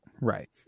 right